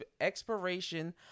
expiration